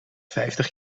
vijftig